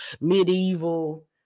medieval